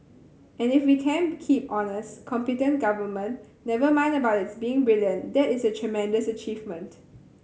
and if we can keep honest competent government never mind about its being brilliant that is a tremendous achievement